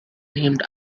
named